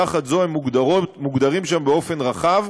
תחת זאת, הם מוגדרים שם באופן רחב,